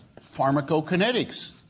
pharmacokinetics